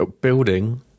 building